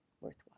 worthwhile